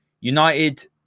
United